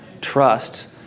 trust